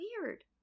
weird